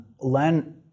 learn